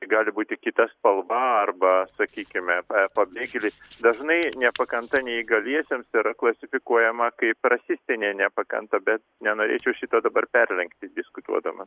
tai gali būti kita spalva va sakykime pa pabėgėlis dažnai nepakanta neįgaliesiems yra klasifikuojama kaip rasistinė nepakanta bet nenorėčiau šito dabar perlenkti diskutuodamas